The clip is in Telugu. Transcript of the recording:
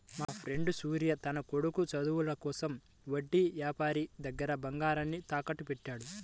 మాఫ్రెండు సూర్య తన కొడుకు చదువుల కోసం వడ్డీ యాపారి దగ్గర బంగారాన్ని తాకట్టుబెట్టాడు